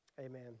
Amen